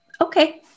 okay